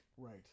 Right